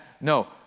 No